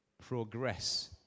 progress